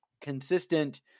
consistent